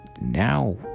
now